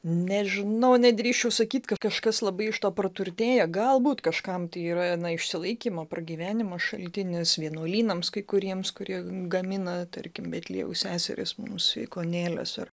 nežinau nedrįsčiau sakyt kad kažkas labai iš to praturtėja galbūt kažkam tai yra na išsilaikymo pragyvenimo šaltinis vienuolynams kai kuriems kurie gamina tarkim betliejaus seserys mums ikonėles ar